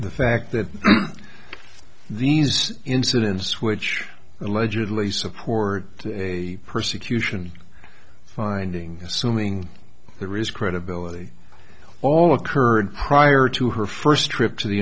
the fact that these incidents which allegedly support a persecution finding assuming there is credibility all occurred prior to her first trip to the